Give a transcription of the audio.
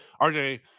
RJ